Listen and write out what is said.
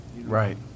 Right